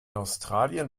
australien